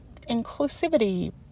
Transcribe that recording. inclusivity